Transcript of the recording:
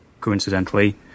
coincidentally